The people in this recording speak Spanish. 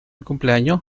cumpleaños